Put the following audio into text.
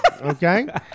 Okay